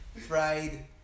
fried